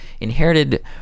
inherited